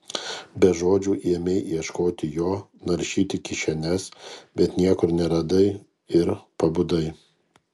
be žodžių ėmei ieškoti jo naršyti kišenes bet niekur neradai ir pabudai